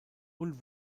und